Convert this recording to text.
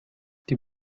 die